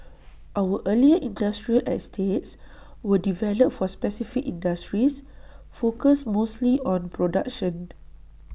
our earlier industrial estates were developed for specific industries focused mostly on production